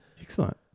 Excellent